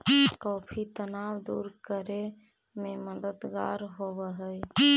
coffee तनाव दूर करे में मददगार होवऽ हई